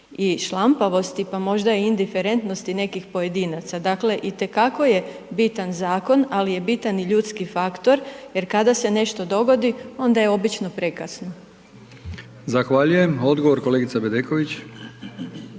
i šlampavosti, pa možda i indiferentnosti nekih pojedinaca. Dakle, itekako je bitan zakon, ali je bitan i ljudski faktor jer kada se nešto dogodi, onda je obično prekasno. **Brkić, Milijan (HDZ)** Zahvaljujem. Odgovor kolegica Bedeković.